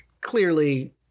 clearly